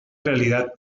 realidad